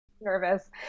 nervous